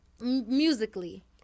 musically